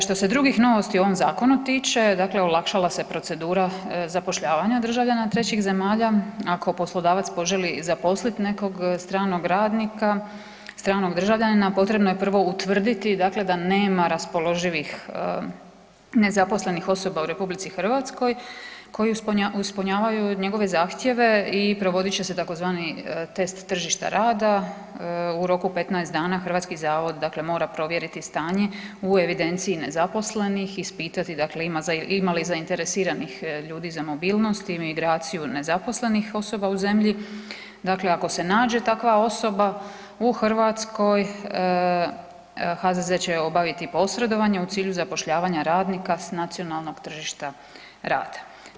Što se drugih novosti o ovom zakonu tiče, dakle olakšala se procedura zapošljavanja državljana trećih zemalja, ako poslodavac poželi zaposliti nekog stranog radnika, stranog državljanina, potrebno je prvo utvrditi dakle da nema raspoloživih nezaposlenih osoba u RH koji ispunjavaju njegove zahtjeve i provodit će se tzv. test tržišta rada u roku 15 dana Hrvatski zavod dakle mora provjeriti stanje u evidenciji nezaposlenih, ispitati dakle ima li zainteresiranih ljudi za mobilnost i migraciju nezaposlenih osoba u zemlji, dakle ako se nađe takva osoba u Hrvatskoj, HZZZ će obaviti posredovanje u cilju zapošljavanja radnika s nacionalnog tržišta rada.